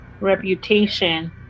reputation